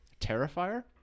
Terrifier